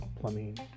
plumbing